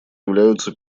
являются